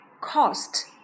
cost